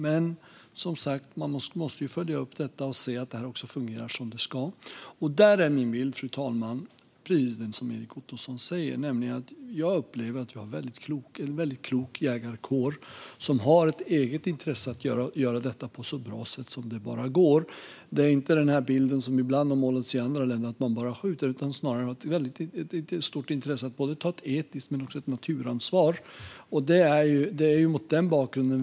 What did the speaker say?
Man måste dock följa upp det och se att det fungerar som det ska. Min bild, fru talman, är att det är precis som Erik Ottoson säger. Jag upplever att vi har en väldigt klok jägarkår som har ett eget intresse av att göra detta på ett så bra sätt som det bara går. Det är inte en sådan bild som ibland har målats upp i andra länder - en bild av att jägarkåren bara skjuter - utan snarare finns det ett väldigt stort intresse av att ta både ett etiskt ansvar och ett naturansvar.